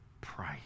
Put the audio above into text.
price